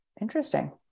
interesting